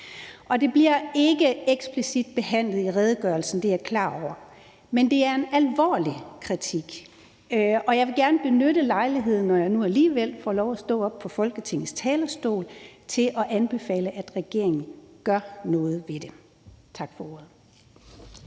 Det bliver ikke eksplicit behandlet i redegørelsen, det er jeg klar over, men det er en alvorlig kritik. Og jeg vil gerne benytte lejligheden, når nu jeg alligevel får lov at stå oppe på Folketingets talerstol, til at anbefale, at regeringen gør noget ved det. Tak for ordet.